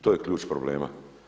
To je ključ problema.